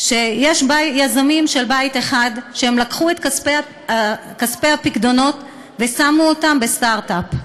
שיש יזמים של בית אחד שלקחו את כספי הפיקדונות ושמו אותם בסטרט-אפ.